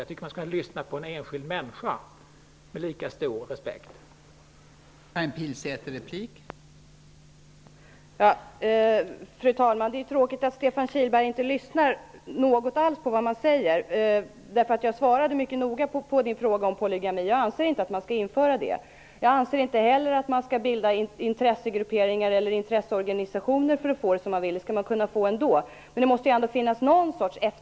Jag tycker att man skall lyssna med lika stor respekt på den enskilda människan.